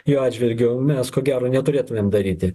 jų atžvilgiu mes ko gero neturėtumėm daryti